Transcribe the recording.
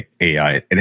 AI